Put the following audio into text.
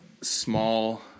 small